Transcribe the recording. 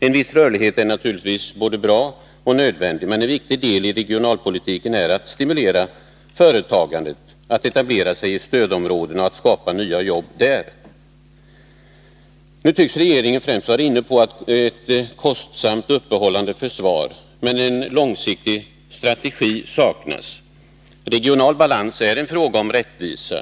En viss rörlighet är naturligtvis både bra och nödvändig, men en viktig del i regionalpolitiken är att stimulera företagandet att etablera sig i stödområdena och att skapa nya jobb där. Nu tycks den nya regeringen främst vara inne på ett kostsamt uppehållande försvar, men en långsiktig strategi saknas. Regional balans är en fråga om rättvisa.